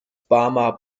barmer